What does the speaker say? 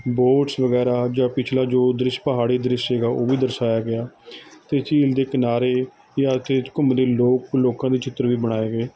boats ਵਗੈਰਾ ਜਾਂ ਪਿਛਲਾ ਜੋ ਦ੍ਰਿਸ਼ ਪਹਾੜੀ ਦ੍ਰਿਸ਼ ਹੈਗਾ ਉਹ ਵੀ ਦਰਸਾਇਆ ਗਿਆ ਅਤੇ ਝੀਲ ਦੇ ਕਿਨਾਰੇ ਜਾਂ ਇੱਥੇ ਘੁੰਮਦੇ ਲੋਕ ਲੋਕਾਂ ਦੇ ਚਿੱਤਰ ਵੀ ਬਣਾਏ ਗਏ